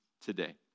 today